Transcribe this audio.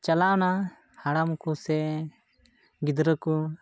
ᱪᱟᱞᱟᱣᱱᱟ ᱦᱟᱲᱟᱢ ᱠᱚᱥᱮ ᱜᱤᱫᱽᱨᱟᱹ ᱠᱚ